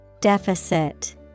Deficit